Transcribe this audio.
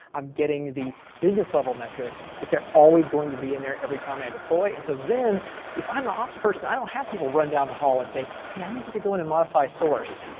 i'm getting the business-level metrics, that they're always going to be in there every time i deploy, and so then if i'm the ops person, i don't have people run down the hall and say, hey, i need you to go in and modify a source.